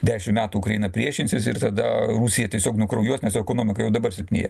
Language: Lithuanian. dešim metų ukraina priešinsis ir tada rusija tiesiog nukraujuos nes ekonomika jau dabar silpnėja